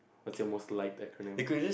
what's your most liked acronym